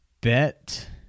bet